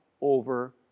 over